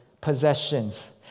possessions